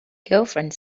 girlfriend